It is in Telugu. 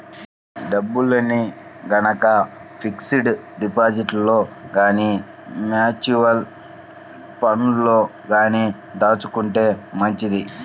డబ్బుల్ని గనక ఫిక్స్డ్ డిపాజిట్లలో గానీ, మ్యూచువల్ ఫండ్లలో గానీ దాచుకుంటే మంచిది